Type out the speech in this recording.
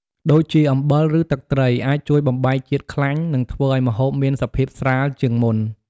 ដូចជា អំបិល ឬទឹកត្រី អាចជួយបំបែកជាតិខ្លាញ់ និងធ្វើឱ្យម្ហូបមានសភាពស្រាលជាងមុន។